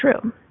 true